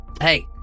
Hey